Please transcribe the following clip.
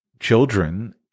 children